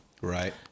Right